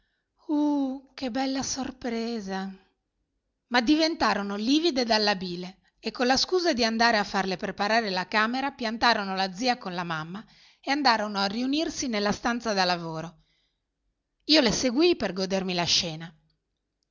uh che bella sorpresa ma diventarono livide dalla bile e con la scusa di andare a farle preparare la camera piantarono la zia con la mamma e andarono a riunirsi nella stanza da lavoro io le seguii per godermi la scena